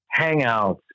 Hangouts